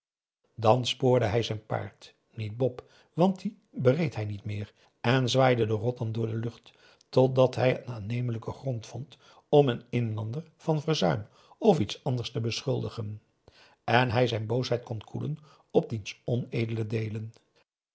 dan spoorde hij zijn paard niet bop want dien bereed hij niet meer en zwaaide den rotan door de lucht totdat hij een aannemelijken grond vond om een inlander van verzuim of iets anders te beschuldigen en hij zijn boosheid kon koelen op diens onedele deelen